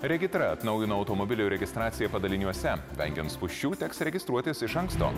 regitra atnaujino automobilių registraciją padaliniuose vengiant spūsčių teks registruotis iš anksto